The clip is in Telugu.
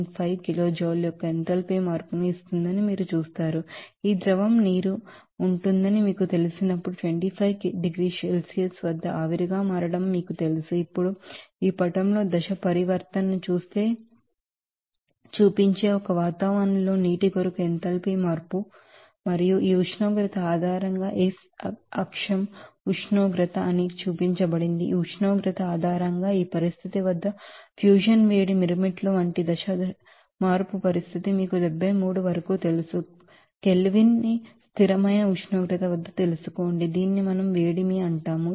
5 kilojoule యొక్క ఎంథాల్పీ మార్పును ఇస్తుందని మీకు తెలుసు ఈ ద్రవం నీరు ఉంటుందని మీకు తెలిసినప్పుడు 25 డిగ్రీల సెల్సియస్ వద్ద ఆవిరి గా మారడం అని మీకు తెలుసు ఇప్పుడు ఈ పటంలో ఫేజ్ ట్రాన్సిషన్ ను చూపించే ఒక వాతావరణంలో నీటి కొరకు ఎంథాల్పీ మార్పు ఈ ఉష్ణోగ్రత ఆధారంగా x ఆక్సిస్ ఉష్ణోగ్రత అని చూపించబడింది ఈ ఉష్ణోగ్రత ఆధారంగా ఈ పరిస్థితి వద్ద ఫ్యూజన్ వేడి మిరుమిట్లు వంటి ఫేజ్ చేంజ్ పరిస్థితి మీకు 73 వరకు తెలుసు కెల్విన్ ని స్థిరమైన ఉష్ణోగ్రత వద్ద తెలుసుకోండి దీనిని మనం వేడిమి అని అంటారు